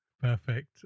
perfect